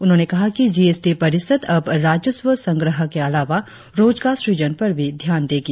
उन्होंने कहा कि जीएसटी परिषद अब राजस्व संग्रह के अलावा रोजगार सुजन पर भी ध्यान देगी